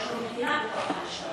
יש לו מדינה בתוך המשטרה